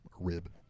rib